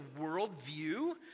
worldview